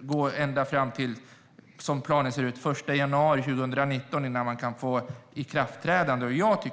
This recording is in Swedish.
gå ända fram till den 1 januari 2019 innan ny lagstiftning kan träda i kraft. Det var detta vår kritik handlade om.